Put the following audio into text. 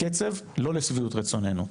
הקצב לא לשביעות רצוננו,